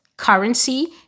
Currency